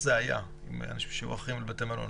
היה מבחינת האנשים שאחראים על בתי המלון.